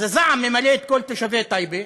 אז הזעם ממלא את כל תושבי טייבה,